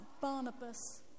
Barnabas